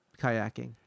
kayaking